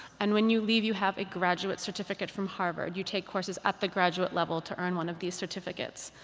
and when you leave, you have a graduate certificate from harvard. you take courses at the graduate level to earn one of these certificates.